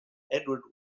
edward